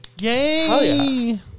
Yay